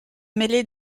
mêlées